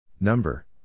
Number